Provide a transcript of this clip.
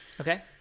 Okay